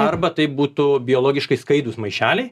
arba tai būtų biologiškai skaidūs maišeliai